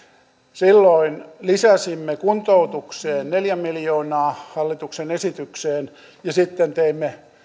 silloin lisäsimme kuntoutukseen neljä miljoonaa hallituksen esitykseen ja sitten teimme